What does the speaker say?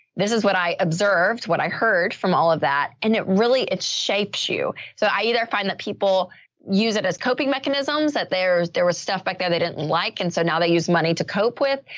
this is what i observed, what i heard from all of that. and it really, it shapes you. so i either find that people use it as coping mechanisms that there's, there was stuff back there they didn't like. and so now they use money to cope with.